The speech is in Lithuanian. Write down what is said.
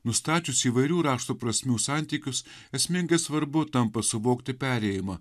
nustačius įvairių raštų prasmių santykius esmingai svarbu tampa suvokti perėjimą